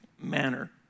manner